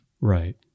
Right